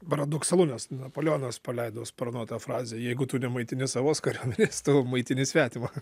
paradoksalu nes napoleonas paleido sparnuotą frazę jeigu tu nemaitini savos kariuomenės tu maitini svetimą